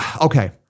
okay